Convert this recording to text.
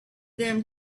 them